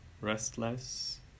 restless